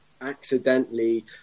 accidentally